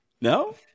no